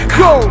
go